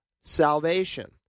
salvation